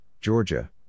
Georgia